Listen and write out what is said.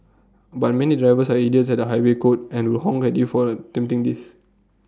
but many drivers are idiots at the highway code and will honk at you for attempting this